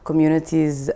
Communities